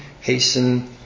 hasten